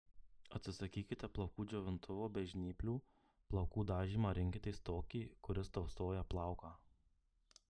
atsisakykite plaukų džiovintuvo bei žnyplių plaukų dažymą rinkitės tokį kuris tausoja plauką